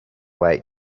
wait